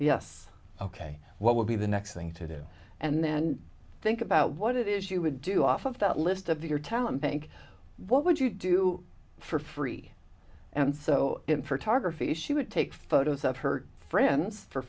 yes ok what will be the next thing to do and then think about what it is you would do off of that list of your talent bank what would you do for free and so in for ta graphy she would take photos of her friends for